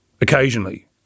Occasionally